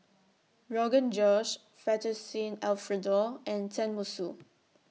Rogan Josh Fettuccine Alfredo and Tenmusu